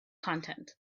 content